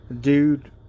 Dude